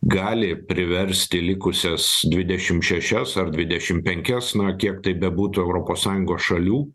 gali priversti likusias dvidešim šešias ar dvidešimt penkias na kiek tai bebūtų europos sąjungos šalių